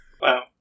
Wow